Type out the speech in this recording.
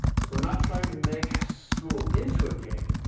so we're not trying to make school into a game.